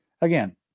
Again